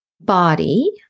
body